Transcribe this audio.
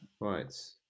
right